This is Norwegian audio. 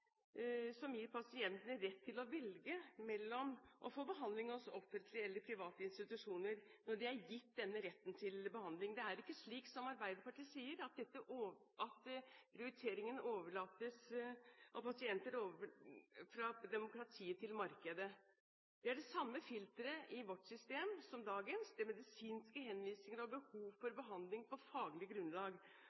som gir pasientene rett til å velge mellom å få behandling hos offentlige eller private institusjoner når de er gitt retten til behandling. Det er ikke slik som Arbeiderpartiet sier, at prioriteringen av pasienter overlates fra demokratiet til markedet. Det er det samme filteret i vårt system som i dagens, at medisinsk henvisning og behov for behandling er på faglig grunnlag.